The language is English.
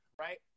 right